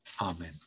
Amen